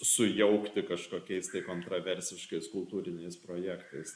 sujaukti kažkokiais tai kontroversiškais kultūriniais projektais